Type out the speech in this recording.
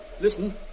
Listen